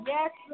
Yes